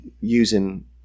using